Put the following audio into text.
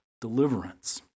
deliverance